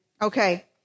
Okay